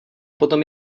potom